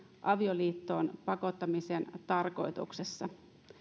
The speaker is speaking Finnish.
avioliittoon pakottamisen tarkoituksessa